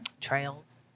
Trails